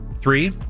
Three